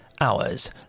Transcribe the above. hours